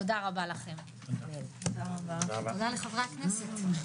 תודה רבה לכם, תודה לחברי הכנסת.